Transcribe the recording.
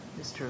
Mr